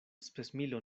spesmilo